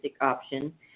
option